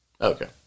Okay